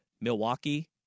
Milwaukee